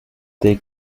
they